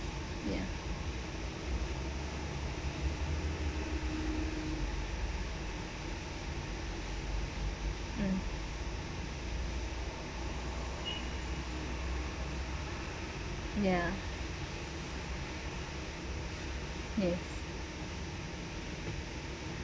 mm ya yes